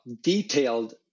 detailed